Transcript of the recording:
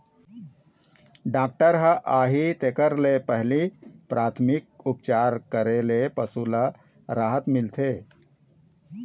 doctor ह आही तेखर ले पहिली पराथमिक उपचार करे ले पशु ल राहत मिलथे